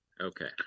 Okay